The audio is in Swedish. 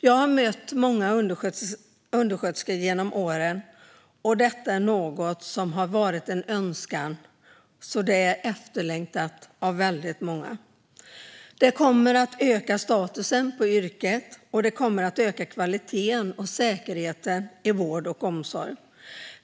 Jag har mött många undersköterskor genom åren, och detta är något som många har önskat sig och längtat efter. Det kommer att öka yrkets status, och det kommer att öka kvaliteten och säkerheten i vård och omsorg.